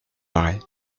paraît